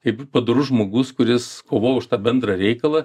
kaip padorus žmogus kuris kovoja už tą bendrą reikalą